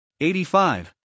85